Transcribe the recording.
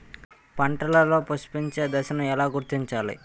పంటలలో పుష్పించే దశను ఎలా గుర్తించాలి?